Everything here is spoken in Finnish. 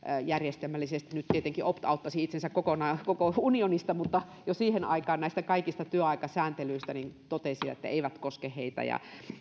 nyt tietenkin järjestelmällisesti opt outasi itsensä kokonaan koko unionista mutta jo siihen aikaan näistä kaikista työaikasääntelyistä totesivat että eivät koske heitä ja